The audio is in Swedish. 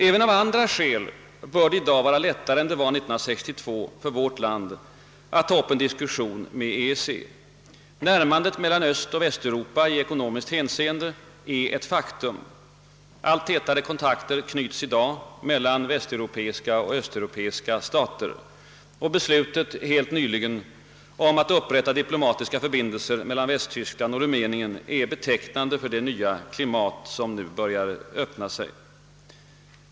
Även av andra skäl bör det i dag vara lättare än det var 1962 för vårt land att ta upp en diskussion med EEC. Närmandet mellan Östoch Västeuropa i ekonomiskt hänseende är ett faktum. Allt tätare kontakter knyts i dag mellan västeuropeiska och östeuropeiska stater, och beslutet helt nyligen om upprättande av diplomatiska förbindelser mellan Västtyskland och Rumänien är betecknande för det nya klimat som nu råder.